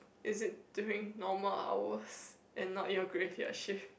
is it to make normal hours and not your graveyard shift